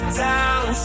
down